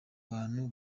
bantu